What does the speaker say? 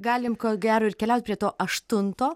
galime ko gero ir keliaut prie to aštunto